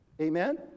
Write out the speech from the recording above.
Amen